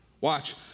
Watch